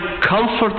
comfort